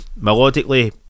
melodically